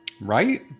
Right